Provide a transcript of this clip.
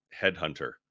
Headhunter